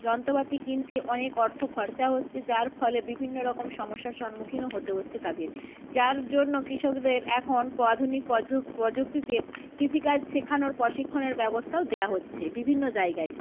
যন্ত্রপাতি কিনতে অনেক অর্থ খরচা হচ্ছে যার ফলে বিভিন্ন রকম সমস্যার সন্মুখীনও হতে হচ্ছে তাদের যার জন্য কৃষকদের এখন আধুনিক প্রযুক্তিতে কৃষিকাজ শেখানোর প্রশিক্ষণের ব্যবস্থাও দেওয়া হচ্ছে বিভিন্ন জায়গায়